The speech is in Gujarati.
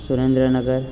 સુરેન્દ્રનગર